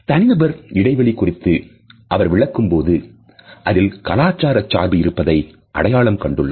தனிநபர் இடைவெளி குறித்து அவர் விளக்கும்போது அதில் கலாச்சார சார்பு இருப்பதை அடையாளம் கண்டுள்ளார்